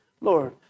Lord